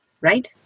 Right